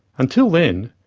until then,